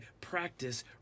practice